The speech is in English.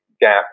gap